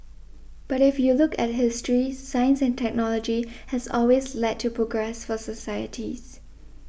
but if you look at history science and technology has always led to progress for societies